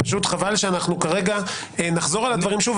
חבל שנחזור על הדברים שוב.